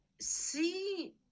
see